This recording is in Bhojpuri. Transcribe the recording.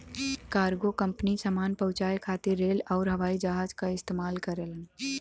कार्गो कंपनी सामान पहुंचाये खातिर रेल आउर हवाई जहाज क इस्तेमाल करलन